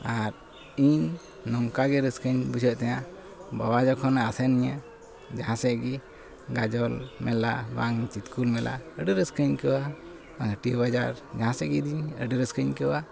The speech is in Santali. ᱟᱨ ᱤᱧ ᱱᱚᱝᱠᱟᱜᱮ ᱨᱟᱹᱥᱠᱟᱹᱧ ᱵᱩᱡᱷᱟᱹᱣᱮᱫ ᱛᱮᱦᱮᱱᱟ ᱵᱟᱵᱟ ᱡᱚᱠᱷᱚᱱᱮ ᱟᱥᱮᱱᱤᱧᱟᱹ ᱡᱟᱦᱟᱸᱥᱮᱫ ᱜᱮ ᱜᱟᱡᱚᱞ ᱢᱮᱞᱟ ᱵᱟᱝ ᱪᱤᱛᱠᱩᱱ ᱢᱮᱞᱟ ᱟᱹᱰᱤ ᱨᱟᱥᱠᱟᱹᱧ ᱟᱹᱭᱠᱟᱹᱣᱟ ᱟᱨ ᱦᱟᱹᱴᱤ ᱵᱟᱡᱟᱨ ᱡᱟᱦᱟᱸᱥᱮᱪ ᱜᱮ ᱤᱫᱤᱭᱤᱧ ᱟᱹᱰᱤ ᱨᱟᱹᱥᱠᱟᱹᱧ ᱟᱹᱭᱠᱟᱹᱣᱟ